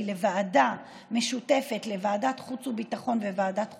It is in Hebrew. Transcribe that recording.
לוועדה משותפת לוועדת חוץ וביטחון וועדת החוקה,